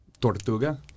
Tortuga